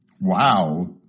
Wow